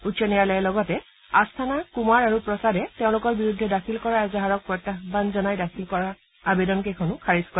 উচ্চ ন্যায়ালয়ে লগতে আস্থানা কুমাৰ আৰু প্ৰসাদে তেওঁলোকৰ বিৰুদ্ধে দাখিল কৰা এজাহাৰক প্ৰত্যাহান জনাই দাখিল কৰা আবেদন কেইখনো খাৰিজ কৰে